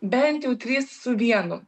bent jau trys su vienu